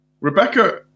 Rebecca